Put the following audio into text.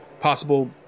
possible